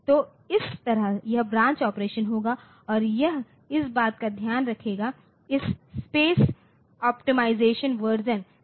तो इस तरह यह ब्रांच ऑपरेशन होगा और यह इस बात का ध्यान रखेगाइस स्पेस ऑप्टिमाइज़्ड वर्जन का